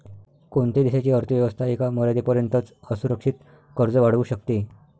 कोणत्याही देशाची अर्थ व्यवस्था एका मर्यादेपर्यंतच असुरक्षित कर्ज वाढवू शकते